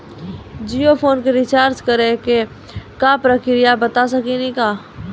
Jio phone के recharge करे के का प्रक्रिया बता साकिनी का?